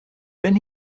then